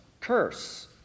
curse